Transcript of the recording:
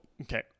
okay